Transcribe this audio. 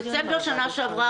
דצמבר שנה שעברה,